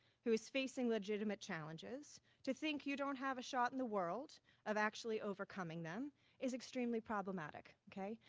who's facing legitimate challenges to think you don't have a shot in the world of actually overcoming them is extremely problematic, okay?